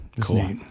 cool